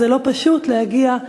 וזה לא פשוט להגיע,